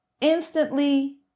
instantly